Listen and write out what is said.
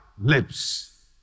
lips